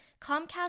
Comcast